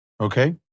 okay